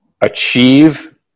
achieve